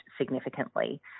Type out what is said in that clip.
significantly